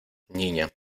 niña